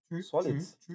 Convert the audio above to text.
solids